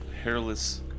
hairless